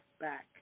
back